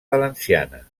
valenciana